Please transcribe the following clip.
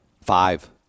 Five